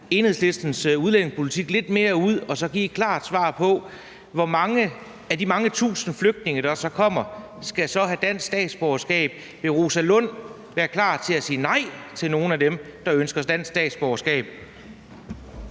Enhedslistens udlændingepolitik lidt mere ud og så give et klart svar på, hvor mange af de mange tusind flygtninge, der kommer, der så skal have dansk statsborgerskab. Vil fru Rosa Lund være klar til at sige nej til nogle af dem, der ønsker dansk statsborgerskab?